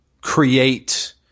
create